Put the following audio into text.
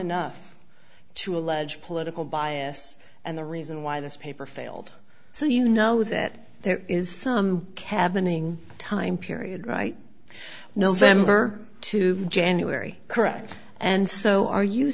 enough to allege political bias and the reason why this paper failed so you know that there is some cabin ing time period right november to january correct and so are you